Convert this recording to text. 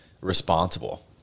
responsible